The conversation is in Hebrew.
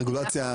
הרגולציה,